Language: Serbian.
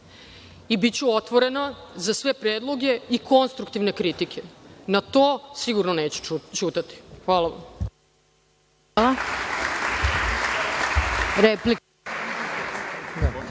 i biću otvorena za sve predloge i konstruktivne kritike. Na to sigurno neću ćutati. Hvala vam.